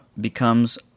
becomes